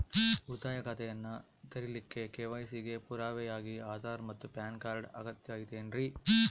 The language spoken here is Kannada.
ಉಳಿತಾಯ ಖಾತೆಯನ್ನ ತೆರಿಲಿಕ್ಕೆ ಕೆ.ವೈ.ಸಿ ಗೆ ಪುರಾವೆಯಾಗಿ ಆಧಾರ್ ಮತ್ತು ಪ್ಯಾನ್ ಕಾರ್ಡ್ ಅಗತ್ಯ ಐತೇನ್ರಿ?